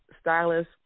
stylist